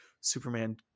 Superman